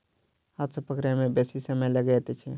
हाथ सॅ पकड़य मे बेसी समय लगैत छै